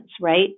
right